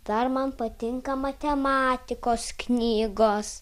dar man patinka matematikos knygos